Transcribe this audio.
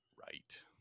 right